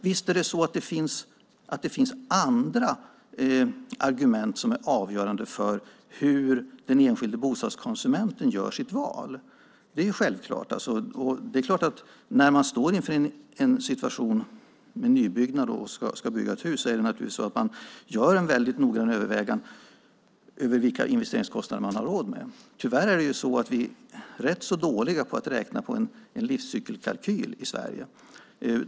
Visst är det så att det finns andra argument som är avgörande för hur den enskilde bostadskonsumenten gör sitt val. Det är självklart. När man står inför en situation med nybyggnad av hus gör man naturligtvis en mycket noggrann övervägning av vilka investeringskostnader man har råd med. Tyvärr är det så att vi i Sverige är rätt så dåliga att räkna på en livscykelkalkyl.